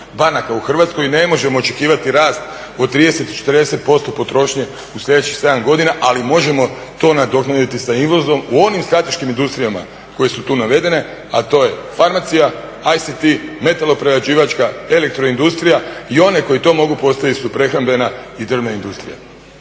banaka u Hrvatskoj i ne možemo očekivati rast od 30, 40% potrošnje u slijedećih 7 godina ali možemo to nadoknaditi sa izvozom u onim strateškim industrijama koje su tu navedene, a to je farmacija, ACT, metaloprerađivačka, elektroindustrija i one koje to mogu postaviti su prehrambena i drvna industrija.